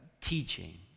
teaching